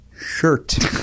Shirt